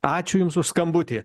ačiū jums už skambutį